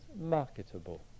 marketable